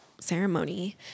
ceremony